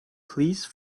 please